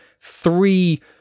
three